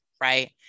right